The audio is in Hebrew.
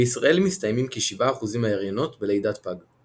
בישראל מסתיימים כשבעה אחוזים מההריונות בלידת פג.